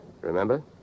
Remember